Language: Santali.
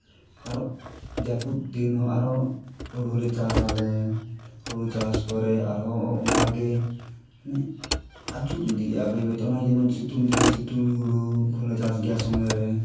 ᱟᱨᱦᱚᱸ ᱡᱟᱹᱯᱩᱫ ᱫᱤᱱ ᱦᱚᱸ ᱟᱨᱦᱚᱸ ᱦᱳᱲᱳᱞᱮ ᱪᱟᱥ ᱟᱞᱮ ᱦᱳᱲᱳ ᱪᱟᱥ ᱯᱚᱨᱮ ᱟᱨᱦᱚᱸ ᱚᱱᱠᱟᱜᱮ ᱟᱹᱪᱩᱨ ᱤᱫᱤᱜᱼᱟ ᱚᱱᱟ ᱡᱮᱢᱚᱱ ᱥᱤᱛᱩᱝ ᱫᱤᱱ ᱥᱤᱛᱩᱝ ᱦᱳᱲᱳ ᱠᱚᱞᱮ ᱪᱟᱥ ᱜᱮᱭᱟ ᱥᱚᱢᱚᱭ ᱨᱮ